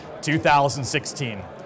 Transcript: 2016